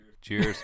Cheers